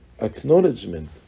acknowledgement